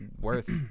worth